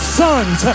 sons